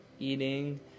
eating